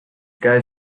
guy